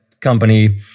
company